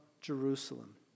Jerusalem